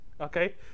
Okay